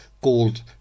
called